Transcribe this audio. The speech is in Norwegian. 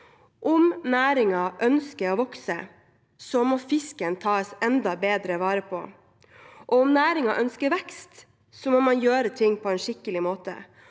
Om næringen ønsker å vokse, må fisken tas enda bedre vare på, og om næringen ønsker vekst, må man gjøre ting på en skikkelig måte.